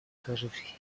сложившейся